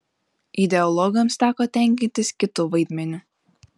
ideologams teko tenkintis kitu vaidmeniu